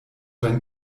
dein